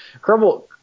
Kerbal